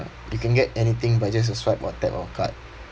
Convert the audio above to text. you can get anything by just a swipe or tap of card